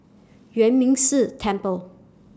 Yuan Ming Si Temple